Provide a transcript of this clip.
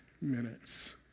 minutes